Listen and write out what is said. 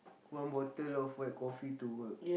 one bottle of white coffee to work